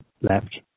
left